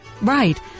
Right